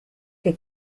que